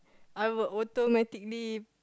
I would automatically